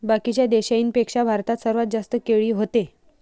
बाकीच्या देशाइंपेक्षा भारतात सर्वात जास्त केळी व्हते